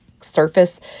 surface